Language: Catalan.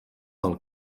del